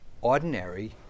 ordinary